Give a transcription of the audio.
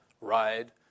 ride